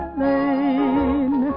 lane